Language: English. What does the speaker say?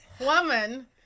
woman